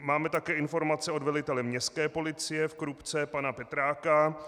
Máme také informace od velitele Městské policie v Krupce pana Petráka.